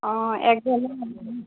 অঁ এক